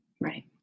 Right